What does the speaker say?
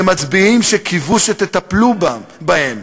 זה מצביעים שקיוו שתטפלו בהם,